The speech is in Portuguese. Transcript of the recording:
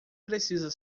precisa